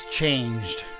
changed